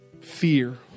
fear